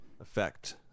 effect